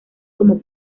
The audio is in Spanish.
como